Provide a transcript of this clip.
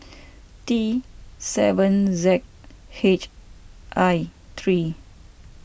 T seven Z H I three